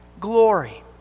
glory